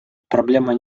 проблема